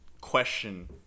question